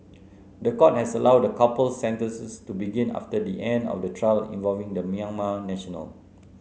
the court has allowed the couple's sentences to begin after the end of the trial involving the Myanmar national